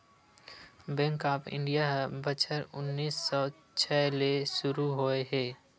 bank of India ह बछर उन्नीस सौ छै ले सुरू होए हे